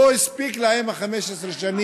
לא הספיקו להם 15 השנים,